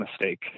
mistake